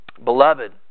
Beloved